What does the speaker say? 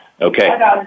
Okay